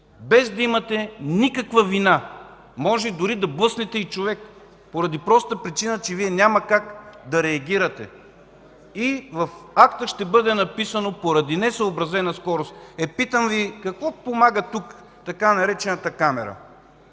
без да имате никаква вина. Може дори да блъснете и човек, поради простата причина че няма как да реагирате. В акта ще бъде написано „поради несъобразена скорост”. Питам Ви: какво помага тук така наречената „камера”?